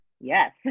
Yes